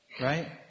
Right